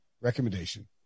recommendation